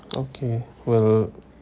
okay will